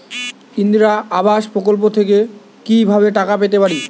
ইন্দিরা আবাস প্রকল্প থেকে কি ভাবে টাকা পেতে পারি?